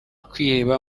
kwiheba